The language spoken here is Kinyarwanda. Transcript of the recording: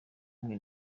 mwe